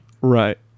Right